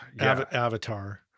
avatar